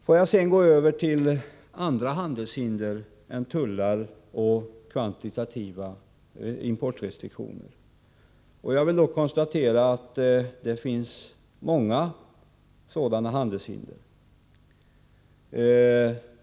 Låt mig sedan gå över till andra handelshinder än tullar och kvantitativa importrestriktioner. Jag vill då konstatera att det finns många sådana handelshinder.